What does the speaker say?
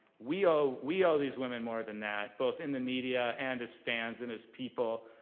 we owe we owe these women more than that, both in the media and as fans and as people.